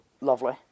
lovely